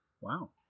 Wow